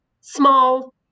small